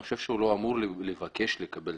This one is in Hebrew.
אני חושב הוא לא אמור לבקש לקבל.